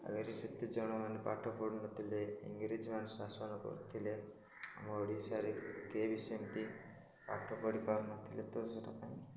ଆଗରେ ସେତେ ଜଣ ମାନେ ପାଠ ପଢ଼ୁନଥିଲେ ଇଂରେଜୀ ମାନେ ଶାସନ କରୁଥିଲେ ଆମ ଓଡ଼ିଶାରେ କିଏ ବି ସେମିତି ପାଠ ପଢ଼ି ପାରୁନଥିଲେ ତ ସେଟା ପାଇଁ